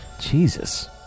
Jesus